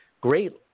great